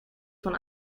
van